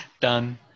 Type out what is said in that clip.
Done